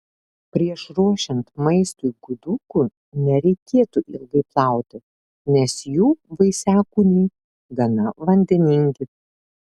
prieš ruošiant maistui gudukų nereikėtų ilgai plauti nes jų vaisiakūniai gana vandeningi